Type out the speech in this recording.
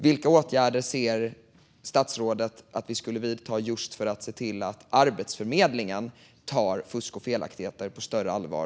Vilka åtgärder ser statsrådet att vi skulle kunna vidta just för att se till att Arbetsförmedlingen tar fusk och felaktigheter på större allvar?